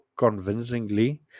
convincingly